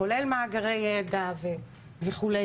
כולל מאגרי ידע וכו',